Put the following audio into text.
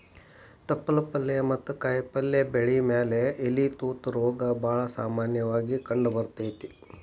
ತಪ್ಪಲ ಪಲ್ಲೆ ಮತ್ತ ಕಾಯಪಲ್ಲೆ ಬೆಳಿ ಮ್ಯಾಲೆ ಎಲಿ ತೂತ ರೋಗ ಬಾಳ ಸಾಮನ್ಯವಾಗಿ ಕಂಡಬರ್ತೇತಿ